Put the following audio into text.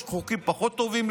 יש חוקים פחות טובים,